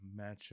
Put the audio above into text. matchup